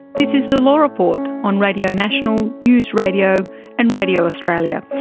this is the law report on radio national, news radio and radio australia.